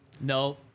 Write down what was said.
No